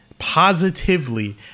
positively